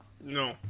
No